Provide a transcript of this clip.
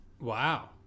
Wow